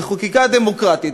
בחקיקה דמוקרטית,